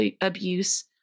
abuse